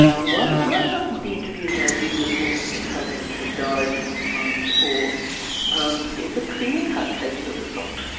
one one of the interviews i did with a woman whose husband had died some time before um is a clear-cut case of assault.